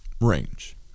range